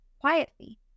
quietly